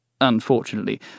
Unfortunately